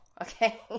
okay